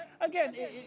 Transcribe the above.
Again